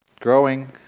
Growing